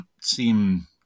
seem